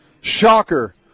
Shocker